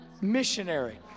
missionary